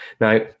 Now